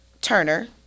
Turner